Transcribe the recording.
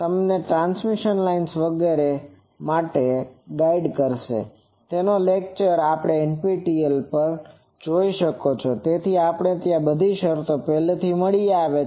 તમે transmission lines waveguide નો lecture NPTEL ઉપર જોઈ શકો છો ત્યાં આપણને આ બધી શરતો પહેલાથી મળી આવે છે